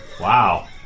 Wow